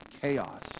chaos